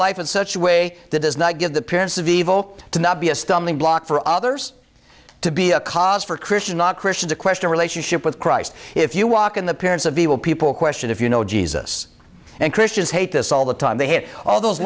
life in such a way that does not give the parents of evil to not be a stumbling block for others to be a cause for christian not christian to question relationship with christ if you walk in the parents of evil people question if you know jesus and christians hate this all the time they have all those